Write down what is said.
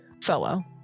fellow